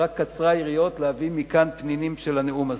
רק שקצרה היריעה מלהביא לכאן פנינים מהנאום הזה,